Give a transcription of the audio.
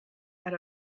out